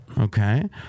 Okay